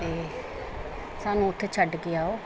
ਅਤੇ ਸਾਨੂੰ ਉੱਥੇ ਛੱਡ ਕੇ ਆਓ